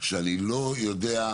שאני לא יודע,